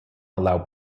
allow